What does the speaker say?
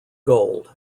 gold